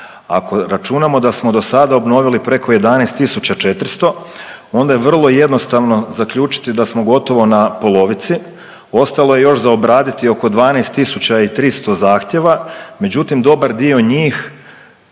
ako računamo da smo dosada obnovili preko 11.400 onda je vrlo jednostavno zaključiti da smo gotovo na polovici, ostalo je još za obraditi oko 12.300 zahtjeva, međutim dobar dio njih